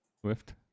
Swift